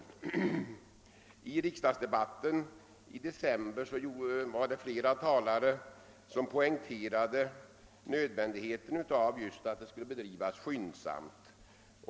Under riksdagsdebatten i december föregående år poängterade flera talare nödvändigheten av att arbetet härmed skulle bedrivas skyndsamt.